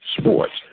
Sports